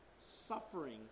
suffering